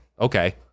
okay